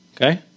Okay